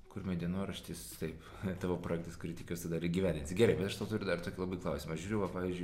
kurmio dienoraštis taip tavo projektas kurį tikiuos tu dar įgyendinsi gerai bet aš tau turiu dar labai klausimą aš žiūriu va pavyzdžiui